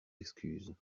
excuses